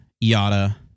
yada